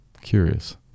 Curious